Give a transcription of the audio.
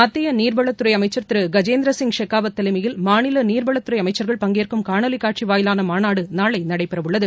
மத்திய நீா்வளத் துறை அமைச்சா் திரு கஜேந்திர சிங் ஷெகாவத் தலைமையில் மாநில நீா்வளத்துறை அமைச்சள்கள் பங்கேற்கும் காணொலிக் காட்சி வாயிலான மாநாடு நாளை நடைபெறவுள்ளது